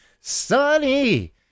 sunny